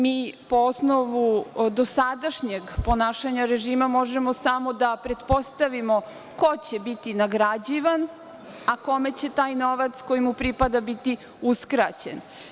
Mi po osnovu dosadašnjeg ponašanja režima možemo samo da pretpostavimo ko će biti nagrađivan, a kome će taj novac koji mu pripada biti uskraćen.